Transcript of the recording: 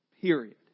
period